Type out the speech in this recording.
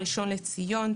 ראשון לציון,